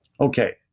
Okay